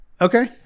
Okay